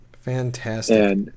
Fantastic